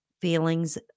feelings